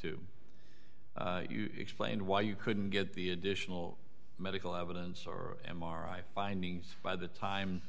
two explained why you couldn't get the additional medical evidence or m r i findings by the time